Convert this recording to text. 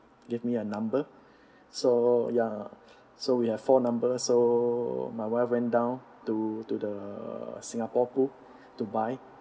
give me a number so ya so we have four number so my wife went down to to the singapore pool to buy